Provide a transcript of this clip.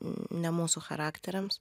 ne mūsų charakteriams